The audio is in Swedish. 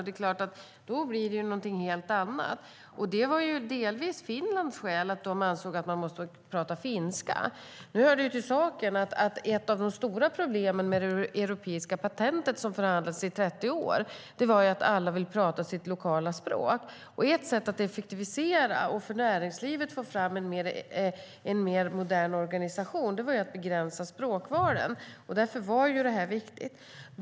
Det är klart att det då blir någonting helt annat. Finlands skäl var delvis att de ansåg att man måste prata finska. Nu hör det till saken att ett av de stora problemen med det europeiska patentet, som förhandlades i 30 år, var att alla ville prata sitt lokala språk. Ett sätt att effektivisera och få fram en mer modern organisation för näringslivet var att begränsa språkvalen. Därför var detta viktigt.